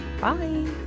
Bye